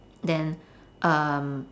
then um